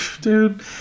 Dude